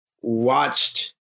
watched